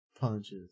punches